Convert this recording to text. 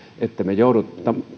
ettemme joudu